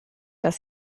dass